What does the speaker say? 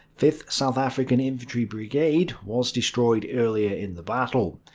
fifth south african infantry brigade was destroyed earlier in the battle.